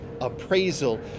appraisal